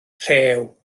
rhew